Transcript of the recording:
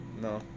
No